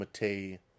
Mate